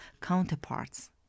counterparts